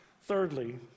Thirdly